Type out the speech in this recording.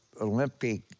Olympic